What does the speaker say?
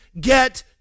get